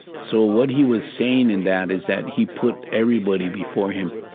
so what he was saying in that is that he put everybody before him.